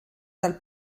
dal